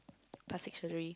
plastic surgery